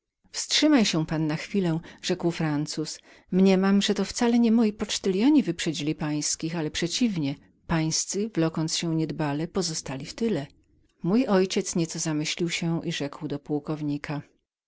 szpady wstrzymaj się pan na chwilę rzekł francuz mniemam że to wcale nie moi pocztylioni wyprzedzili pańskich ale przeciwnie pańscy wlokąc się niedbale pozostali w tyle mój ojciec nieco zamyślił się i rzekł do pułkownika